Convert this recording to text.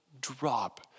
drop